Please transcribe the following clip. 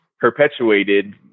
perpetuated